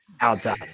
outside